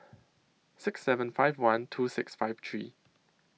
six seven five one two six five three